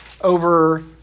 over